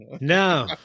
No